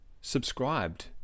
subscribed